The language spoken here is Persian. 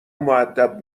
مودب